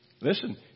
Listen